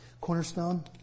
Cornerstone